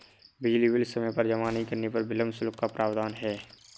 बिजली बिल समय पर जमा नहीं करने पर विलम्ब शुल्क का प्रावधान है